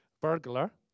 burglar